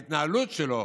ההתנהלות שלו